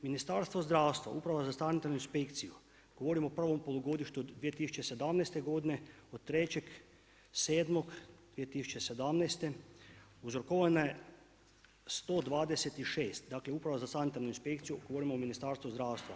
Ministarstvo zdravstva, Uprava za Sanitarnu inspekciju, govorim o prvom polugodištu 2017. godine od 3.7.2017. uzrokovane 126, dakle Uprava za Sanitarnu inspekciju, govorim o Ministarstvu zdravstva.